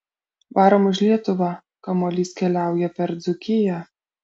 varom už lietuvą kamuolys keliauja per dzūkiją